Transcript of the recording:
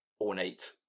ornate